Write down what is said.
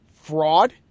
Fraud